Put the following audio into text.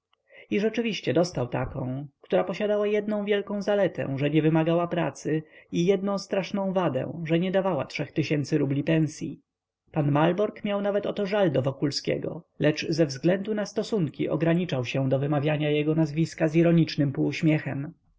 i rzeczywiście dostał taką która posiadała jednę wielką zaletę że nie wymagała pracy i jednę straszną wadę że nie dawała trzech tysięcy rubli pensyi pan malborg miał nawet o to żal do wokulskiego lecz ze względu na stosunki ograniczał się na wymawianiu jego nazwiska z ironicznym półuśmiechem